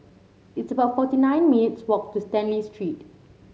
it's about forty nine minutes' walk to Stanley Street